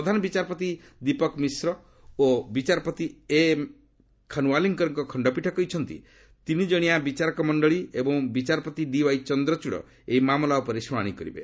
ପ୍ରଧାନ ବିଚାରପତି ଦୀପକ୍ ମିଶ୍ର ଓ ବିଚାରପତି ଏମ୍ଏମ୍ ଖାନ୍ୱିଲ୍କରଙ୍କ ଖଣ୍ଡପୀଠ କହିଛନ୍ତି ତିନିଜଣିଆ ବିଚାରକ ମଣ୍ଡଳି ଏବଂ ବିଚାରପତି ଡିୱାଇ ଚନ୍ଦ୍ରଚୂଡ଼ ଏହି ମାମଲା ଉପରେ ଶୁଣାଣି କରିବେ